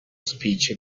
speech